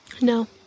No